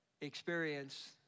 experience